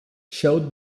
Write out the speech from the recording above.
showed